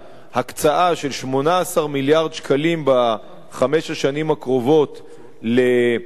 הקצאה של 18 מיליארד שקלים בחמש השנים הקרובות להורדת